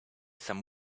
some